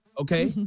Okay